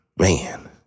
man